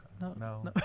No